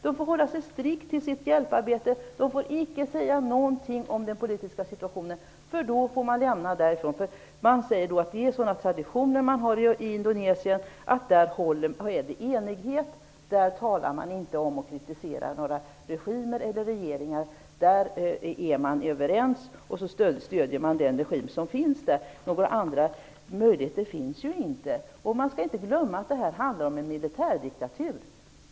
De får hålla sig strikt till sitt hjälparbete. De får icke säga någonting om den politiska situationen. Gör de det får de åka därifrån. Det sägs att traditionerna i Indonesien är sådana att det råder enighet. Där kritiserar man inte några regimer eller regeringar. Där är man överens och stöder den regim som finns. Några andra möjligheter finns inte. Vi skall inte glömma att det handlar om en militärdiktatur.